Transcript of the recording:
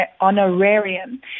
honorarium